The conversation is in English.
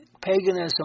Paganism